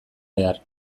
behar